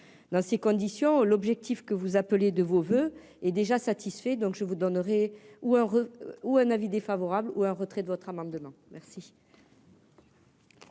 dans ces conditions, l'objectif que vous appeliez de vos voeux et déjà satisfait donc je vous donnerai ou un ou un avis défavorable ou un retrait de votre amendement merci.